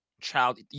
child